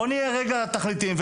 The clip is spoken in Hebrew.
בואו נהיה רגע תכליתיים,